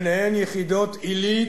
וביניהן יחידות עילית,